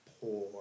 Poor